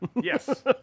Yes